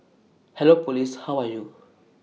hello Police how are you